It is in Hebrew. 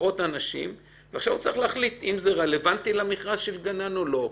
ולהחליט אם זה רלוונטי למכרז של גנן או לא.